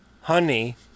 honey